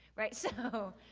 right so,